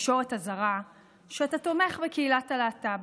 לתקשורת הזרה שאתה תומך בקהילת הלהט"ב.